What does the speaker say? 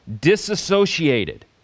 disassociated